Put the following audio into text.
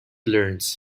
learns